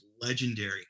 legendary